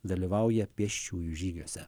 dalyvauja pėsčiųjų žygiuose